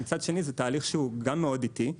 מצד שני זה תהליך שהוא גם מאוד איטי.